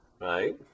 right